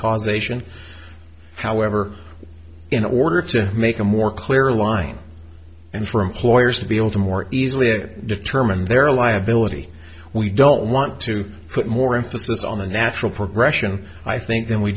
causation however in order to make a more clear line and for employers to be able to more easily it determine their liability we don't want to put more emphasis on the natural progression i think than we